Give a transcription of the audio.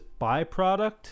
byproduct